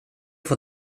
får